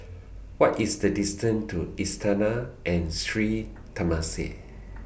What IS The distance to Istana and Sri Temasek